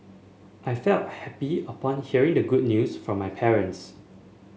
I felt happy upon hearing the good news from my parents